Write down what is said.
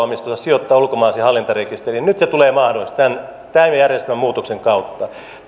omistusta sijoittaa ulkomaalaisiin hallintarekistereihin nyt se tulee mahdolliseksi tämän järjestelmän muutoksen kautta